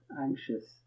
anxious